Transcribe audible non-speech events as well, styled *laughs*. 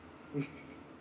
*laughs*